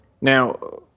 Now